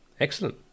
excellent